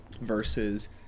Versus –